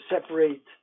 separate